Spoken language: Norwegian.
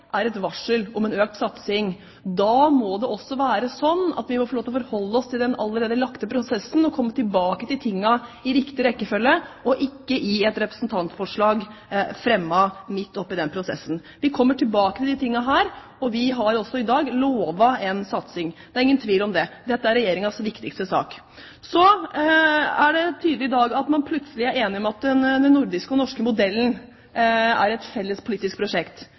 er et varsel om en økt satsing. Da må det også være sånn at vi må få lov til å forholde oss til den allerede lagte prosessen og komme tilbake til tingene i riktig rekkefølge, og ikke i forbindelse med et representantforslag fremmet midt oppe i den prosessen. Vi kommer tilbake til disse tingene, og vi har jo også i dag lovet en satsing, det er ingen tvil om det. Dette er Regjeringens viktigste sak. Så er det tydelig i dag at man plutselig er enige om at den nordiske og norske modellen er et felles politisk prosjekt.